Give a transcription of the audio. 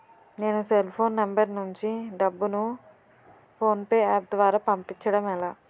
నేను cell phone number నుంచి డబ్బును ను ఫోన్పే అప్ ద్వారా పంపించడం ఎలా?